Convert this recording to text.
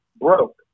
broke